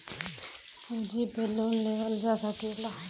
पूँजी पे लोन लेवल जा सकला